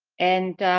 and.